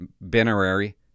binary